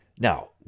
Now